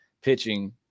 pitching